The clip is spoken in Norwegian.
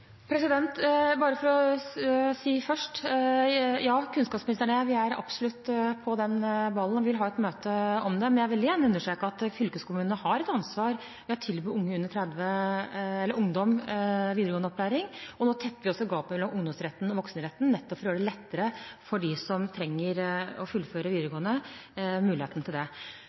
Ja, kunnskapsministeren og jeg er absolutt på den ballen og vil ha et møte om det. Men jeg vil igjen understreke at fylkeskommunene har et ansvar for å tilby ungdom videregående opplæring. Nå tetter vi også gapet mellom ungdomsretten og voksenretten nettopp for å gjøre det lettere for dem som trenger å fullføre videregående – gi dem muligheten til det.